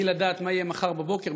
בלי לדעת מה יהיה מחר בבוקר,